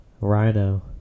Rhino